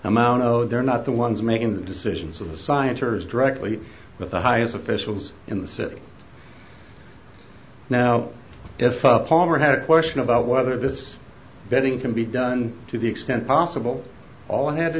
amount owed they're not the ones making the decisions of the science or is directly with the highest officials in the city now it's up palmer had a question about whether this vetting can be done to the extent possible all i had to